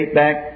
back